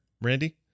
Randy